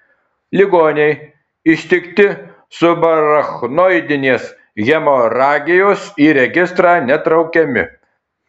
ligoniai ištikti subarachnoidinės hemoragijos į registrą netraukiami